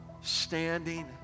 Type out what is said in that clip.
standing